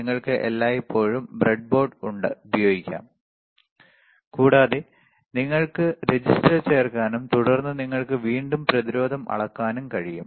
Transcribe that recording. നിങ്ങൾക്ക് എല്ലായ്പ്പോഴും ബ്രെഡ്ബോർഡ് ഉപയോഗിക്കാം കൂടാതെ നിങ്ങൾക്ക് രജിസ്റ്റർ ചേർക്കാനും തുടർന്ന് നിങ്ങൾക്ക് വീണ്ടും പ്രതിരോധം അളക്കാനും കഴിയും